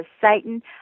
Satan